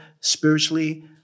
spiritually